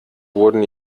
wurden